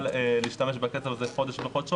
מקבל את המאה אחוז.